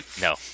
No